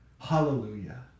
Hallelujah